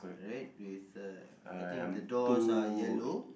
red with the I think the doors are yellow